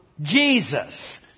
Jesus